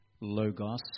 Logos